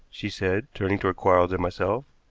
she said, turning toward quarles and myself,